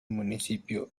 municipio